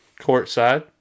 courtside